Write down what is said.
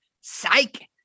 Psych